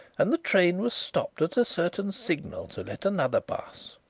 and the train was stopped at a certain signal to let another pass.